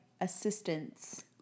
assistance